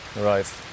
Right